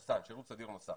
כשירות סדיר נוסף.